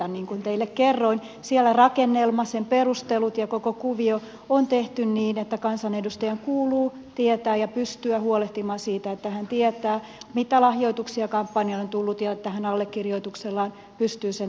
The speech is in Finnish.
niin kuin teille kerroin siellä rakennelma sen perustelut ja koko kuvio on tehty niin että kansanedustajan kuuluu tietää ja pystyä huolehtimaan siitä että hän tietää mitä lahjoituksia kampanjaan on tullut jotta hän allekirjoituksellaan pystyy sen todistamaan